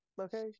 Okay